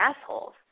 assholes